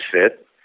fit